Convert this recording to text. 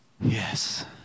Yes